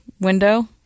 window